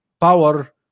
power